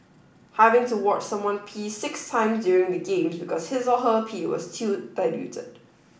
having to watch someone pee six times during the Games because his or her pee was too diluted